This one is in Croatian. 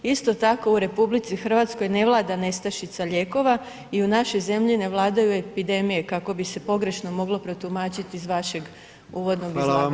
Isto tako u RH ne vlada nestašica lijekova i u našoj zemlji ne vladaju epidemije kako bi se pogrešno moglo protumačit iz vašeg uvodnog izlaganja.